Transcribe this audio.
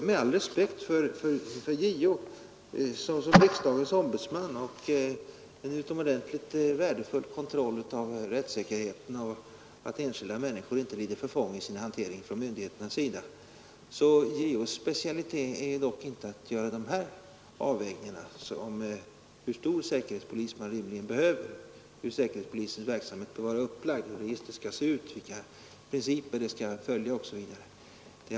Med all respekt för JO som riksdagens ombudsman och en utomordentligt värdefull institution för kontroll av rätt: erheten vill jag till sist säga att JO:s specialitet inte är att göra avvägningar av hur stor säkerhetspolis man rimligen behöver, hur säkerhetspolisens verksamhet bör vara upplagd, hur registret skall se ut, vilka principer det skall följa, osv.